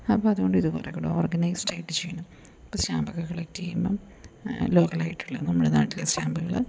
അപ്പം അതുകൊണ്ട് ഇതു കുറേക്കൂടെ ഓർഗനൈസ്ഡ് ആയിട്ട് ചെയ്യണം ഇപ്പം സ്റ്റാമ്പ് ഒക്കെ കളക്ട് ചെയ്യുമ്പം ലോക്കൽ ആയിട്ടുള്ള നമ്മുടെ നാട്ടിലെ സ്റ്റാമ്പുകൾ